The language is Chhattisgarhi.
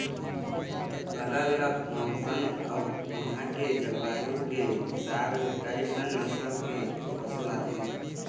अलग अलग मउसन अउ उहां के जलवायु के हिसाब ले कइठन नसल के पशु आथे